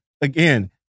again